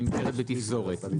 נסגור את הבעיה.